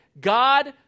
God